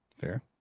Fair